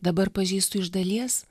dabar pažįstu iš dalies